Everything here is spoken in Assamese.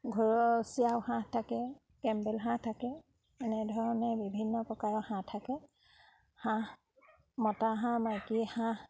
ঘৰচীয়াও হাঁহ থাকে কেম্বেল হাঁহ থাকে এনেধৰণে বিভিন্ন প্ৰকাৰৰ হাঁহ থাকে হাঁহ মতা হাঁহ মাইকী হাঁহ